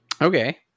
Okay